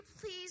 please